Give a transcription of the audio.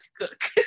cook